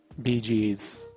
BGs